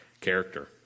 character